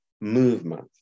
movement